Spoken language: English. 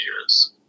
years